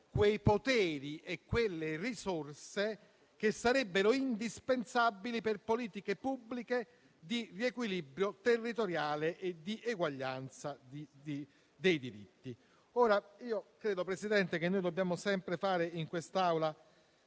i poteri e le risorse che sarebbero indispensabili per politiche pubbliche di riequilibrio territoriale e di eguaglianza dei diritti. Signor Presidente, credo che in quest'Aula